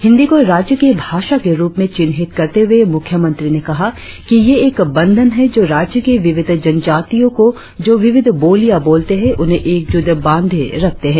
हिंदी को राज्य की भाषा के रुप में चिन्हित करते हुए मुख्यमंत्री ने कहा कि यह एक बंधन है जो राज्य के विविध जनजातियों को जों विविध बोलियाँ बोलते है उन्हें एकजुट बांधे रखते है